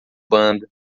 banda